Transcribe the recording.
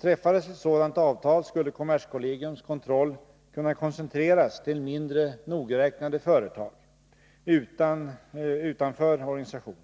Träffades ett sådant avtal skulle kommerskollegiums kontroll koncentreras till mindre nogräknade företag utanför organisationen.